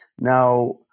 Now